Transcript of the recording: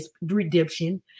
redemption